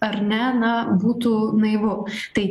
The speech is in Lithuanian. ar ne na būtų naivu tai